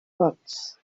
vots